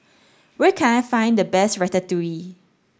where can I find the best Ratatouille